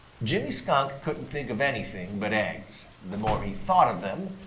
jimmy skunk couldn't think of anything but eggs. the more he thought of them,